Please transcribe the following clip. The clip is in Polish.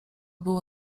było